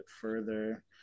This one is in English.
further